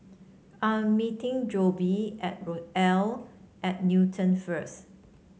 I'm meeting Jobe at Rochelle at Newton first